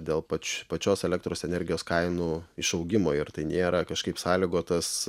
dėl pačių pačios elektros energijos kainų išaugimo ir tai nėra kažkaip sąlygotas